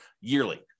yearly